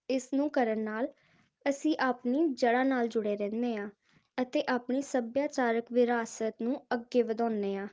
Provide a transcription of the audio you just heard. ਇਸ ਨੂੰ ਕਰਨ ਨਾਲ ਅਸੀਂ ਆਪਣੀ ਜੜ੍ਹਾਂ ਨਾਲ ਜੁੜੇ ਰਹਿੰਦੇ ਹਾਂ ਅਤੇ ਆਪਣੀ ਸੱਭਿਆਚਾਰਕ ਵਿਰਾਸਤ ਨੂੰ ਅੱਗੇ ਵਧਾਉਂਦੇ ਹਾਂ